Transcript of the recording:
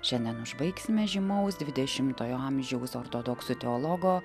šiandien užbaigsime žymaus dvidešimtojo amžiaus ortodoksų teologo